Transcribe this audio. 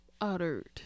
uttered